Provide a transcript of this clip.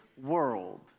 world